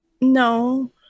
No